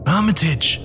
Armitage